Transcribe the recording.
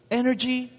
energy